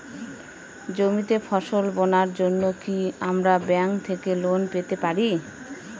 জমিতে ফসল বোনার জন্য কি আমরা ব্যঙ্ক থেকে লোন পেতে পারি?